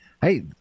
Hey